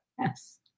Yes